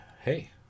hey